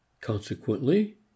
Consequently